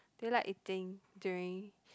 they like eating during